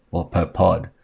or per pod.